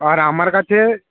আর আমার কাছে